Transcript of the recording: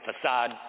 facade